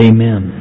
Amen